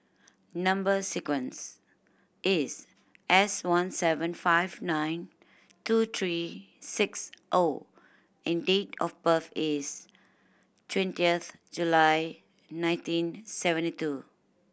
number sequence is S one seven five nine two three six O and date of birth is twentieth July nineteen seventy two